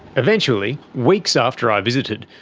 eventually, weeks after i visited,